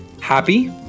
happy